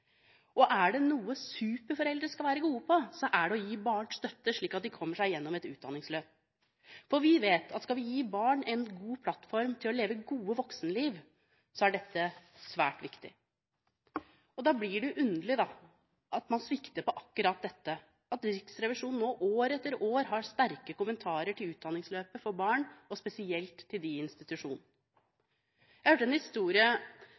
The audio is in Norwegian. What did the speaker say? Og er det noe superforeldre skal være gode til, er det å gi barn støtte slik at de kommer seg gjennom et utdanningsløp. Vi vet at skal vi gi barn en god plattform for å leve gode voksenliv, er dette svært viktig. Da blir det underlig at man svikter akkurat her – at Riksrevisjonen år etter år har sterke kommentarer til utdanningsløpet for barn, spesielt for barn i institusjon. Jeg hørte en historie